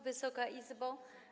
Wysoka Izbo!